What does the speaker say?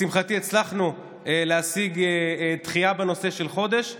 לשמחתי הצלחנו להשיג דחייה של חודש בנושא.